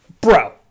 bro